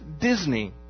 Disney